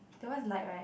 that one is light right